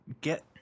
get